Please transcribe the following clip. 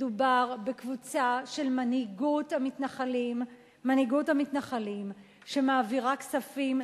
מדובר בקבוצה של מנהיגות המתנחלים שמעבירה כספים,